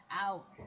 out